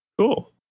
Cool